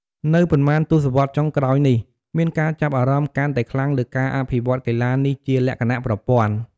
នៅប៉ុន្មានទសវត្សរ៍ចុងក្រោយនេះ មានការចាប់អារម្មណ៍កាន់តែខ្លាំងលើការអភិវឌ្ឍកីឡានេះជាលក្ខណៈប្រព័ន្ធ។